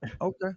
Okay